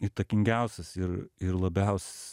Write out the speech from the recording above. įtakingiausias ir ir labiaus